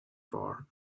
for